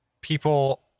people